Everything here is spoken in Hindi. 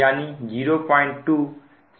यानी 02727 है